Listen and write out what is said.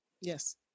Yes